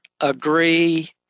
agree